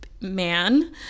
man